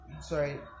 sorry